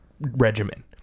regimen